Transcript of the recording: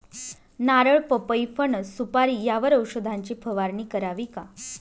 नारळ, पपई, फणस, सुपारी यावर औषधाची फवारणी करावी का?